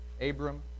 Abram